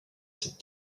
site